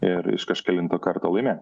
ir iš kažkelinto karto laimi